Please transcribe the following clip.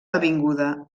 avinguda